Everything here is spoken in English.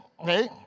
okay